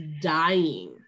dying